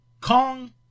Kong